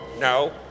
No